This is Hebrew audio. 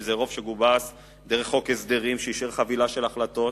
אם זה רוב שגובש דרך חוק הסדרים שאישר חבילה של החלטות,